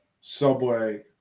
Subway